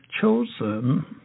chosen